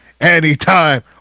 Anytime